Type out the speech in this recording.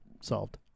solved